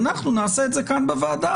אנחנו נעשה את זה כאן בוועדה,